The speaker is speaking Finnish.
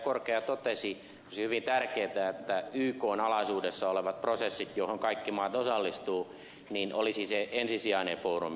korkeaoja totesi olisi hyvin tärkeätä että ykn alaisuudessa olevat prosessit joihin kaikki maat osallistuvat olisi se ensisijainen foorumi